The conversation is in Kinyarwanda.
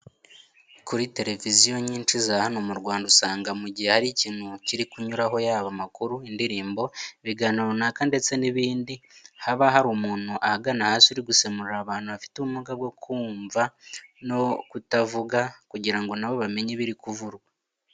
Kuri televiziyo nyinshi za hano mu Rwanda usanga mu gihe hari ikintu kiri kunyuraho yaba amakuru, indirimbo, ibiganiro runaka ndetse n'ibindi, haba hari umuntu ahagana hasi uri gusemurira abantu bafite ubumuga bwo kumva no kutavuga kugira ngo na bo bamenye ibiri kuvugwa.